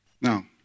Now